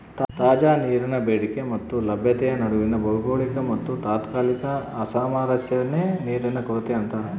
ತಾಜಾ ನೀರಿನ ಬೇಡಿಕೆ ಮತ್ತೆ ಲಭ್ಯತೆಯ ನಡುವಿನ ಭೌಗೋಳಿಕ ಮತ್ತುತಾತ್ಕಾಲಿಕ ಅಸಾಮರಸ್ಯನೇ ನೀರಿನ ಕೊರತೆ ಅಂತಾರ